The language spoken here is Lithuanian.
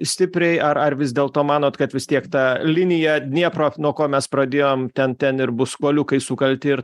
stipriai ar ar vis dėlto manot kad vis tiek ta linija dniepro nuo ko mes pradėjom ten ten ir bus kuoliukai sukalti ir